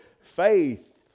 faith